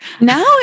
Now